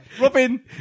Robin